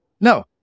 no